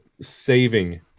saving